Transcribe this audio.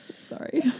Sorry